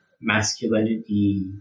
masculinity